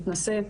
מתנשאת,